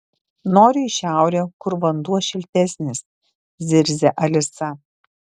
noriu į šiaurę kur vanduo šiltesnis zirzia alisa